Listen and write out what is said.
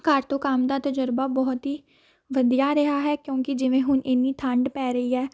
ਘਰ ਤੋਂ ਕੰਮ ਦਾ ਤਜ਼ਰਬਾ ਬਹੁਤ ਹੀ ਵਧੀਆ ਰਿਹਾ ਹੈ ਕਿਉਂਕਿ ਜਿਵੇਂ ਹੁਣ ਇੰਨੀ ਠੰਡ ਪੈ ਰਹੀ ਹੈ